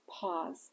Pause